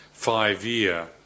five-year